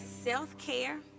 self-care